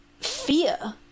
fear